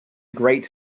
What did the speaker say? great